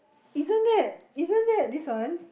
isn't that isn't that this one